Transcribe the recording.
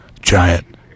giant